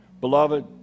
Beloved